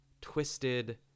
twisted